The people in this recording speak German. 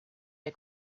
der